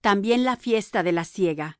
también la fiesta de la siega